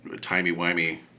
Timey-wimey